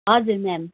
हजुर म्याम